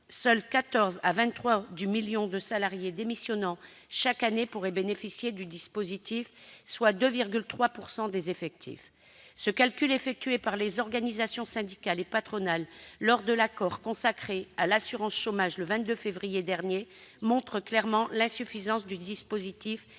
seuls 14 000 à 23 000 sur 1 million de salariés démissionnant chaque année pourraient bénéficier du dispositif, soit 2,3 % des effectifs. Ce calcul réalisé par les organisations syndicales et patronales lors de l'accord consacré à l'assurance chômage le 22 février dernier montre clairement l'insuffisance du dispositif